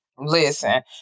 Listen